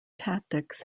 tactics